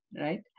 right